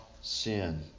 sin